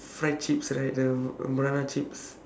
fried chips right the banana chips